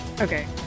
Okay